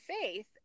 faith